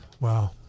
Wow